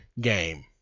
game